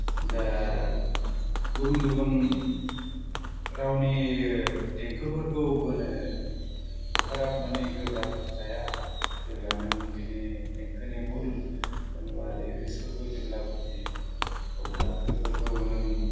दा गुबुन गुबुन रावनि देंखोफोरखौ बोनो एफाराब माने गोब्राब जाया जेब्ला नों बेनि देंखोनि मुल जेनबा लिरिसफोरखौ जेब्ला बुजियो अब्ला बेफोरखौ नों